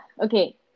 okay